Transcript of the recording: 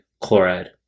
chloride